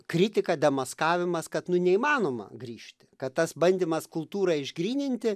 kritika demaskavimas kad nu neįmanoma grįžti kad tas bandymas kultūrą išgryninti